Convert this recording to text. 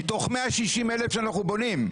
מתוך 160 אלף שאנחנו בונים.